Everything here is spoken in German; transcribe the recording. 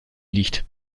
liegt